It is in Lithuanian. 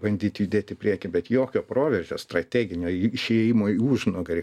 bandyt judėt į priekį bet jokio proveržio strateginio išėjimo į užnugarį